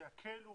שיקלו